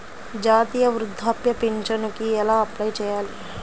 జాతీయ వృద్ధాప్య పింఛనుకి ఎలా అప్లై చేయాలి?